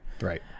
Right